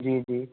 जी जी